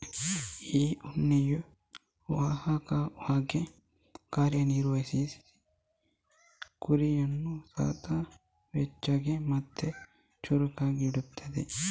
ಈ ಉಣ್ಣೆಯು ಅವಾಹಕವಾಗಿ ಕಾರ್ಯ ನಿರ್ವಹಿಸಿ ಕುರಿಯನ್ನ ಸದಾ ಬೆಚ್ಚಗೆ ಮತ್ತೆ ಚುರುಕಾಗಿ ಇಡ್ತದೆ